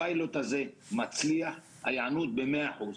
הפיילוט הזה מצליח, ההיענות היא במאה אחוז.